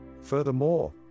Furthermore